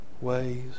ways